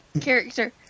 character